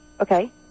Okay